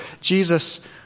Jesus